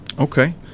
Okay